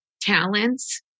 talents